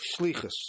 shlichus